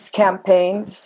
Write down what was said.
campaigns